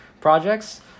projects